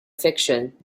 fiction